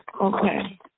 Okay